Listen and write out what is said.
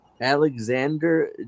Alexander